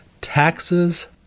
Taxes